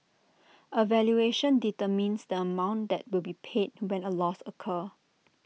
A valuation determines the amount that will be paid when A loss occurs